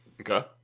Okay